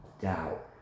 doubt